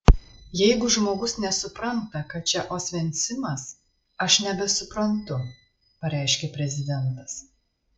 jeigu žmogus nesupranta kad čia osvencimas aš nebesuprantu pareiškė prezidentas